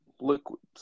liquids